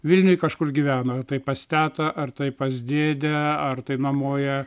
vilniuje kažkur gyvena tai pas tetą ar tai pas dėdę ar tai nuomoja